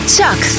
Chuck